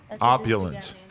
Opulent